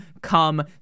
come